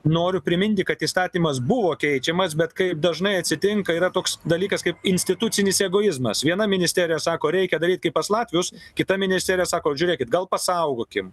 noriu priminti kad įstatymas buvo keičiamas bet kaip dažnai atsitinka yra toks dalykas kaip institucinis egoizmas viena ministerija sako reikia daryt kaip pas latvius kita ministerija sako žiūrėkit gal pasaugokim